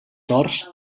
torts